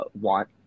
want